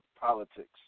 politics